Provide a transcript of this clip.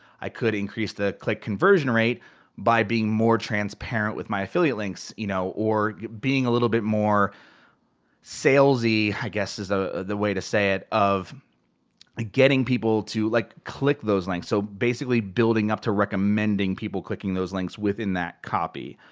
i could increase the click conversion rate by being more transparent with my affiliate links, you know or being a little bit more salesy i guess is ah the way to say it, of ah getting people to like click those links. so basically, building up to recommending people clicking those links within that copy.